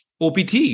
OPT